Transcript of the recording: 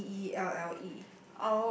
C E L L E